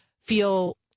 feel